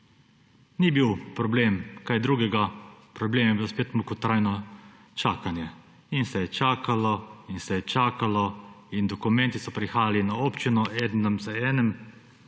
Ni bil problem kaj drugega, problem je bil spet mukotrajno čakanje. In se je čakalo, in se je čakalo in dokumenti so prihajali na občino, eden za enim,